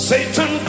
Satan